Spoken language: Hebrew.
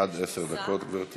עד עשר דקות, גברתי.